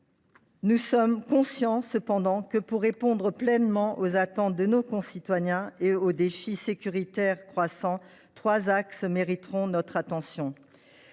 Nous sommes cependant conscients que, pour répondre pleinement aux attentes de nos concitoyens et aux défis sécuritaires croissants, trois axes mériteront notre attention.